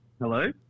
Hello